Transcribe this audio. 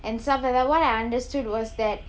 and stuff like that what I understood was that